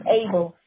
able